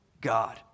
God